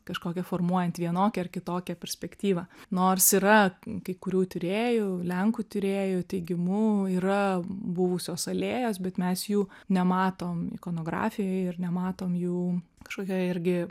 kažkokią formuojant vienokią ar kitokią perspektyvą nors yra kai kurių tyrėjų lenkų tyrėjų teigimu yra buvusios alėjos bet mes jų nematom ikonografijoj ir nematom jų kažkokia irgi